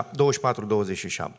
24-27